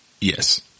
Yes